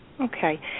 Okay